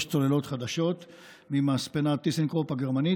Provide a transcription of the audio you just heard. צוללות חדשות ממספנת טיסנקרופ הגרמנית,